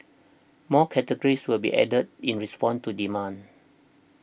more categories will be added in response to demand